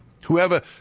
Whoever